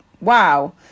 wow